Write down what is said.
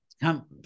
come